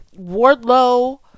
Wardlow